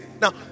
Now